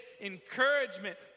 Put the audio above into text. encouragement